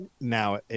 now